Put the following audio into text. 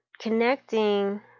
connecting